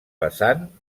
vessant